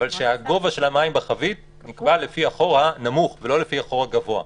שהגובה של המים בחבית נקבע לפי החור הנמוך ולא לפי החור הגבוה.